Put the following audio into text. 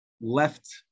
left